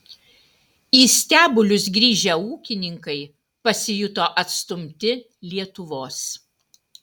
į stebulius grįžę ūkininkai pasijuto atstumti lietuvos